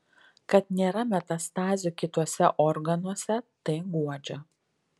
kad nėra metastazių kituose organuose tai guodžia